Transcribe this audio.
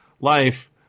life